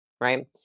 right